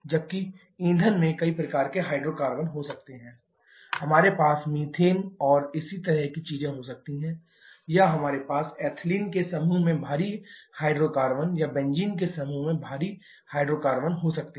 जबकि ईंधन में कई प्रकार के हाइड्रोकार्बन हो सकते हैं हमारे पास मीथेन और इसी तरह की चीजें हो सकती हैं या हमारे पास एथिलीन के समूह में भारी हाइड्रोकार्बन या बेंजीन के समूह में भी भारी हाइड्रोकार्बन हो सकते हैं